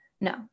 no